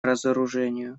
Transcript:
разоружению